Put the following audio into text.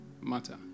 matter